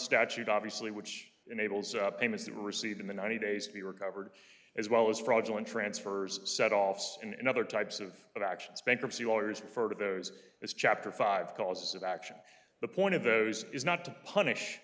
statute obviously which enables up payments to received in the ninety days to be recovered as well as fraudulent transfers set offs and other types of that actions bankruptcy lawyers refer to those as chapter five causes of action the point of those is not to punish